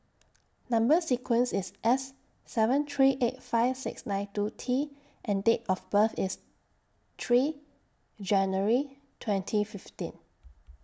Number sequence IS S seven three eight five six nine two T and Date of birth IS three January twenty fifteen